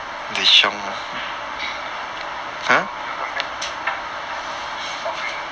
your girlfriend suffering ah